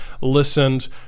listened